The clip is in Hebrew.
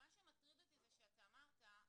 מה שמטריד אותי זה שאתה אמרת,